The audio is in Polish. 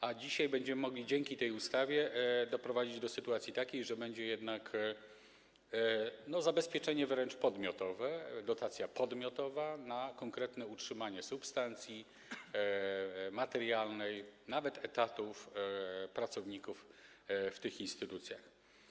A dzisiaj będziemy mogli dzięki tej ustawie doprowadzić do sytuacji takiej, że będzie jednak zabezpieczenie wręcz podmiotowe, dotacja podmiotowa na konkretne utrzymanie substancji materialnej, nawet etatów pracowników w tych instytucjach.